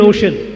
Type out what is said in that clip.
Ocean